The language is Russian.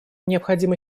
необходимо